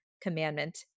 commandment